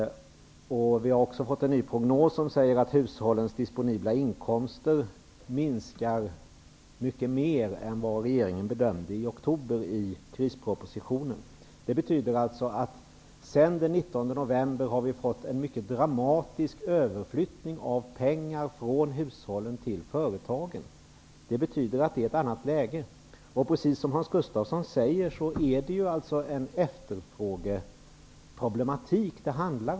Vi har också fått en ny prognos som säger att hushållens disponibla inkomster minskar mycket mer än vad regeringen bedömde i oktober i krispropositionen. Det betyder att vi sedan den 19 november har fått en mycket dramatisk överflyttning av pengar från hushållen till företagen. Det betyder att vi nu har ett annat läge. Precis som Hans Gustafsson säger handlar det här om en efterfrågeproblematik.